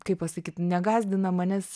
kaip pasakyt negąsdina manęs